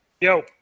Yo